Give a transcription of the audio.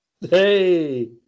Hey